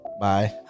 Bye